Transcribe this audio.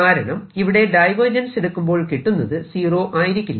കാരണം ഇവിടെ ഡൈവെർജെൻസ് എടുക്കുമ്പോൾ കിട്ടുന്നത് സീറോ ആയിരിക്കില്ല